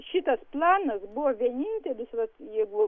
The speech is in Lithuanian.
šitas planas buvo vienintelis vat jeigu